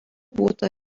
būta